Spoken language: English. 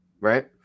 right